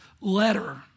letter